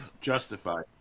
Justified